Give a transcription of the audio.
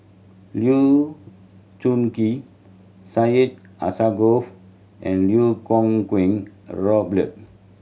Lee Choon Kee Syed Alsagoff and Lau Kuo Kwong and Robert